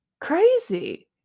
Crazy